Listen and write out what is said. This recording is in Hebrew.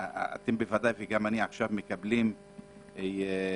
אתם וגם אני מקבלים עכשיו